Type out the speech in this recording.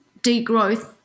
degrowth